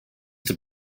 have